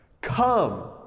Come